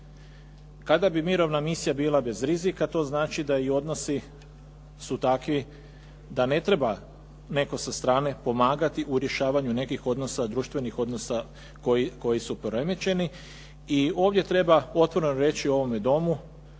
Kada bi mirovna misija bila bez rizika to znači da i odnosi su takvi da ne treba netko sa strane pomagati u rješavanju nekih odnosa, društvenih odnosa koji su poremećeni i ovdje treba otvoreno reći u ovome Domu